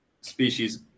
species